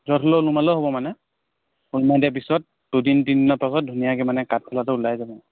য'ত হ'লেও ওলোমালেও হ'ব মানে ওলোমাই দিয়া পিছত দুদিন তিনিদিনৰ পাছত ধুনীয়াকৈ মানে কাঠফুলাটো ওলাই যাব